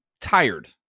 tired